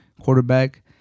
quarterback